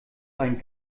ein